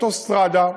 אוטוסטרדה.